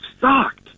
sucked